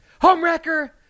Homewrecker